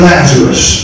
Lazarus